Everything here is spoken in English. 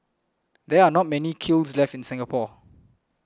there are not many kilns left in Singapore